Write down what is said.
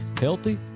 healthy